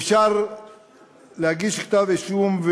אפשר להגיש כתב-אישום.